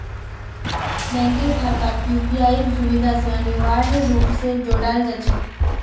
बैंकेर खाताक यूपीआईर सुविधा स अनिवार्य रूप स जोडाल जा छेक